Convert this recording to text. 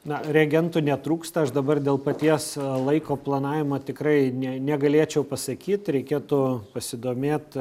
na reagentų netrūksta aš dabar dėl paties laiko planavimo tikrai ne negalėčiau pasakyt reikėtų pasidomėt